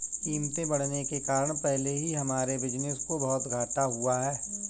कीमतें बढ़ने के कारण पहले ही हमारे बिज़नेस को बहुत घाटा हुआ है